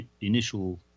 initial